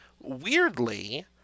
weirdly